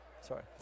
Sorry